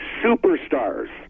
Superstars